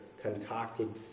concocted